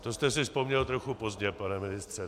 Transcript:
To jste si vzpomněl trochu pozdě, pane ministře.